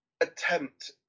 attempt